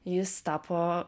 jis tapo